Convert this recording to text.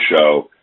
show